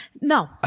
No